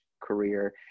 career